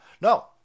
No